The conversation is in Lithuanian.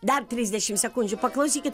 dar trisdešim sekundžių paklausykit